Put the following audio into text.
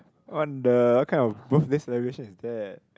what the what kind of birthday celebration is that